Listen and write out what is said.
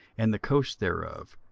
and the coast thereof,